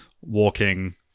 Walking